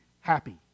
happy